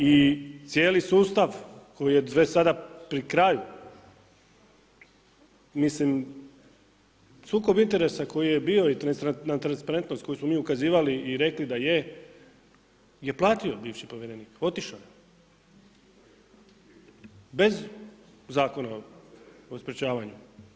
I cijeli sustav koji je već sada pri kraju mislim sukob interesa koji je bio i na transparentnost na koju smo mi ukazivali i rekli da je, je platio bivši povjerenik, otišao je bez Zakona o sprečavanju.